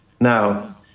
Now